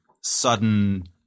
sudden